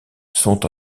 sont